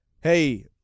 hey